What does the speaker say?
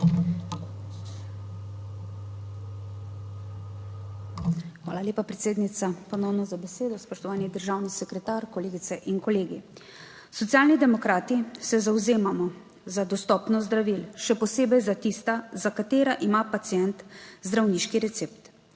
Hvala lepa, predsednica, ponovno za besedo. Spoštovani državni sekretar, kolegice in kolegi. Socialni demokrati se zavzemamo za dostopnost zdravil, še posebej za tista za katera ima pacient zdravniški recept.